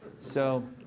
so